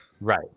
right